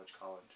college